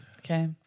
Okay